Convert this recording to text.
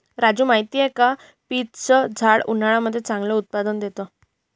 राजू माहिती आहे का? पीच च झाड उन्हाळ्यामध्ये चांगलं उत्पादन देत